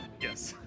Yes